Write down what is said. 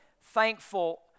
thankful